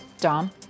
Dom